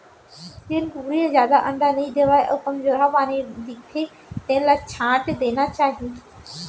जेन कुकरी ह जादा अंडा नइ देवय अउ कमजोरहा बानी दिखथे तेन ल छांट देना चाही